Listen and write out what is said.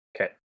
Okay